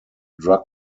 drug